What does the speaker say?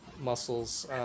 muscles